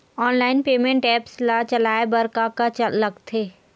Online payment apps ला चलाए बार का का लगथे?